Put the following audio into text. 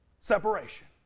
separation